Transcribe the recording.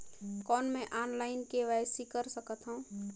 कौन मैं online KYC कर सकथव?